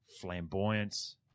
flamboyance